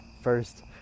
first